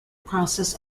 process